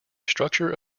structure